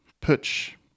pitch